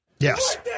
Yes